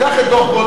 קח את דוח-גולדברג,